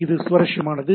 இது சுவாரஸ்யமானது